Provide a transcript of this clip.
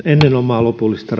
ennen omaa lopullista